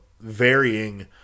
varying